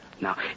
Now